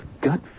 gut